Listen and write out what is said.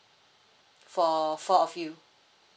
for four of you